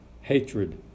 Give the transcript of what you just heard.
hatred